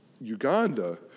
Uganda